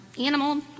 animal